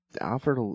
offered